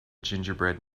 gingerbread